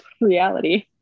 reality